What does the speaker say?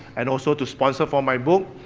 and also to sponsor for my book,